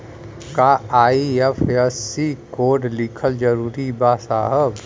का IFSC code लिखल जरूरी बा साहब?